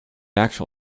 actual